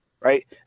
Right